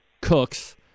cooks